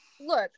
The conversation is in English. Look